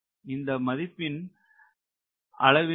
இந்த மதிப்பின் square அளவிற்கு